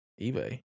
Ebay